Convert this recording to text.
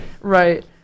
right